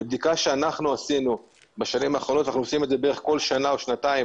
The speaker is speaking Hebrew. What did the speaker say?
בבדיקה שאנחנו עשינו בשנים האחרונות אנחנו עושים כל שנה או שנתיים